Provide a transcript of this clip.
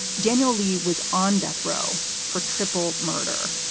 daniel lee was on death row for triple murder.